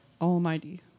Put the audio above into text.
Almighty